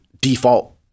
default